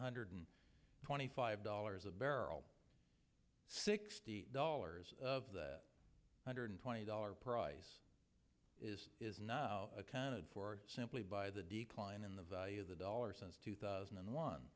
hundred twenty five dollars a barrel sixty dollars of that hundred twenty dollars price is not accounted for simply by the decline in the value of the dollar since two thousand and one